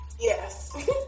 Yes